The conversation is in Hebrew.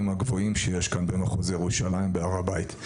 הגבוהים שיש כאן במחוז ירושלים בהר הבית.